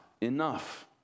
enough